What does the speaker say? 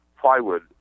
plywood